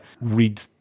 read